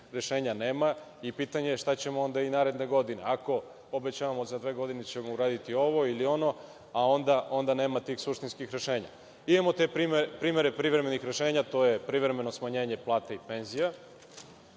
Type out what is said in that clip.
rešenja nema i pitanje je onda šta ćemo i narednih godina, ako obećavamo da ćemo za dve godine uraditi ovo ili ono, a onda nema tih suštinskih rešenja? Imamo te primere privremenih rešenja. To je privremeno smanjenje plata i penzija.